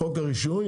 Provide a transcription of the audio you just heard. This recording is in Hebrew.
חוק הרישוי.